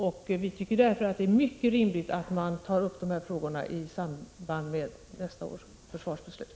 Därför anser vi att det är mycket rimligt att man tar upp dessa frågor i samband med nästa års försvarsbeslut.